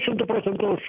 šimtu procentų už